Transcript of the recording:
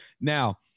Now